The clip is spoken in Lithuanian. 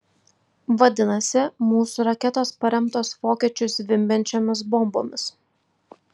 vadinasi mūsų raketos paremtos vokiečių zvimbiančiomis bombomis